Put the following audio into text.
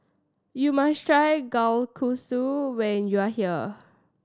you must try Kalguksu when you are here